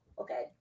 Okay